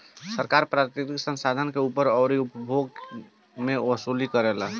सरकार प्राकृतिक संसाधन के ऊपर अउरी उपभोग मे वसूली करेला